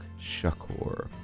Shakur